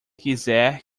quiser